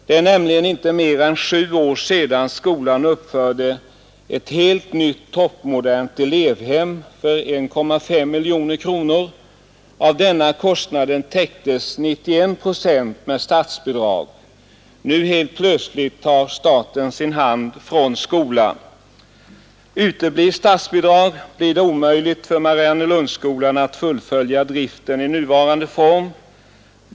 Det är nämligen inte mer än sju år sedan skolan uppförde ett helt nytt, toppmodernt elevhem för 1,5 miljoner kronor. Av denna kostnad täcktes 91 procent med statsbidrag. Nu helt plötsligt tar staten sin hand från skolan. Uteblir statsbidrag är det omöjligt för Mariannelundsskolan att fullfölja driften i nuvarande form.